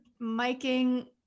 miking